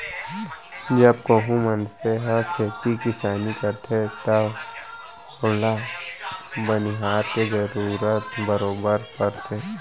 जब कोहूं मनसे ह खेती किसानी करथे तव ओला बनिहार के जरूरत बरोबर परथे